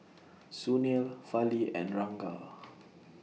Sunil Fali and Ranga